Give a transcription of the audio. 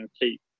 keep